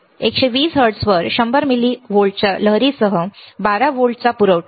तर उदाहरणार्थ 120 हर्ट्झवर 100 मिली व्होल्टच्या लहरीसह 12 व्होल्टचा पुरवठा